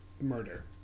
murder